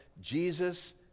Jesus